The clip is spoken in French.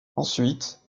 ensuite